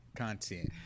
content